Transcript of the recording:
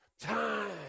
time